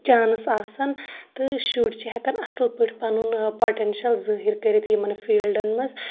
chance آسان تہٕ شُرۍ چھ ہٮ۪کان اَصل پأٹھۍ پنُن پوٹینشل ظأہِر کٔرِتھ یِمن فیٖلڈن منٛز